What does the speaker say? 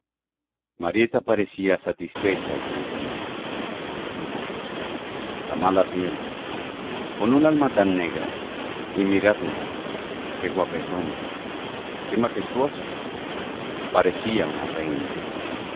marieta parecía satisfecha y tranquila oh la mala piel con un alma tan negra y miradla qué guapetona qué majestuosa parecía una reina